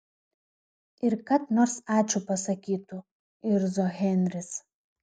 ir kad nors ačiū pasakytų irzo henris